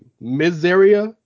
Miseria